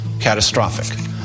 catastrophic